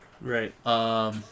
Right